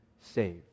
saved